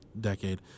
decade